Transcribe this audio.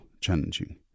challenging